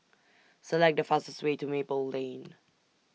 Select The fastest Way to Maple Lane